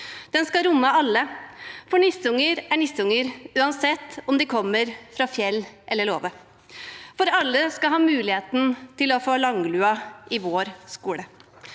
Den skal romme alle, for nisseunger er nisseunger, uansett om de kommer fra fjell eller låve. Alle skal ha muligheten til å få langlua i vår skole.